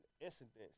incidents